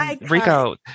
Rico